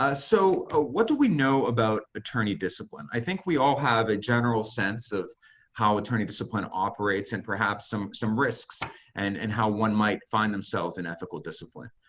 ah so ah what do we know about attorney discipline? i think we all have a general sense of how attorney discipline operates and perhaps some some risks and and how one might find themselves in ethical discipline.